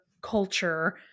culture